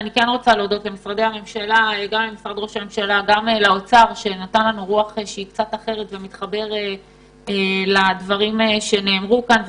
להודות למשרדי הממשלה שנתנו לנו רוח אחרת ושמתחברים לדברים שנאמרו כאן.